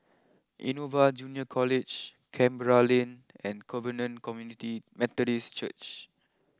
Innova Junior College Canberra Lane and Covenant Community Methodist Church